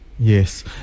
Yes